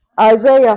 Isaiah